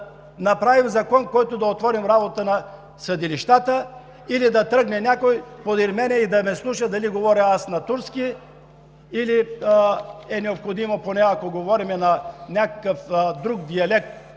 направим закон, с който да отворим работа на съдилищата или да тръгне някой подир мен да ме слуша дали говоря аз на турски, или поне, ако говорим на някакъв друг диалект